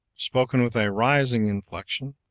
spoken with a rising inflection.